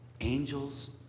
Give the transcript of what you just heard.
angels